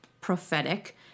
prophetic